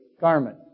garment